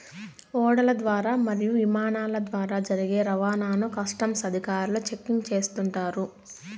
ఓడల ద్వారా మరియు ఇమానాల ద్వారా జరిగే రవాణాను కస్టమ్స్ అధికారులు చెకింగ్ చేస్తుంటారు